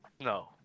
No